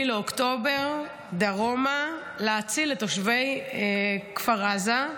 טס ב-7 באוקטובר דרומה להציל את תושבי כפר עזה.